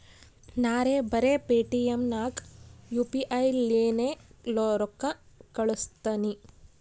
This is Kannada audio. ನಾರೇ ಬರೆ ಪೇಟಿಎಂ ನಾಗ್ ಯು ಪಿ ಐ ಲೇನೆ ರೊಕ್ಕಾ ಕಳುಸ್ತನಿ